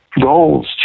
goals